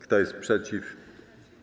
Kto jest przeciw?